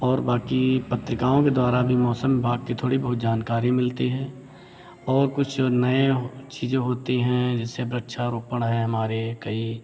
और बाकी पत्रिकाओं के द्वारा भी मौसम विभाग की थोड़ी बहुत जानकारी मिलती है और कुछ नए हो चीज़ें होती हैं जैसे वृक्षारोपण है हमारे कई